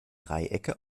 dreiecke